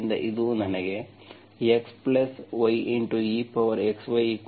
ಆದ್ದರಿಂದ ಇದು ನನಗೆ xy exyC ನೀಡುತ್ತದೆ